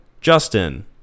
Justin